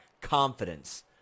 confidence